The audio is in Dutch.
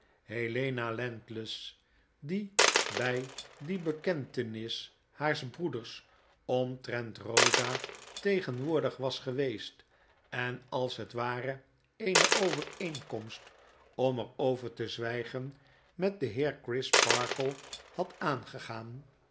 helena landless die bij die bekentenis haars broeders omtrent rosa tegenwoordig was geweest en als het ware eene overeenkomst om er over te zwijgen met den heer crisparkle had aangegaan